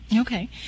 Okay